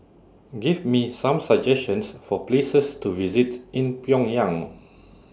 Give Me Some suggestions For Places to visit in Pyongyang